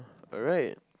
alright